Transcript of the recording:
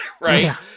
right